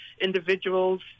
individuals